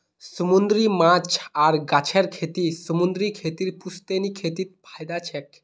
समूंदरी माछ आर गाछेर खेती समूंदरी खेतीर पुश्तैनी खेतीत फयदा छेक